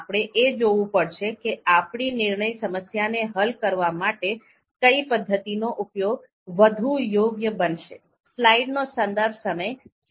આપણે એ જોવું પડશે કે આપણી નિર્ણય સમસ્યા ને હાલ કરવા માટે કઈ પદ્ધતિનો ઉપયોગ વધુ યોગ્ય બનશે